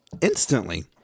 instantly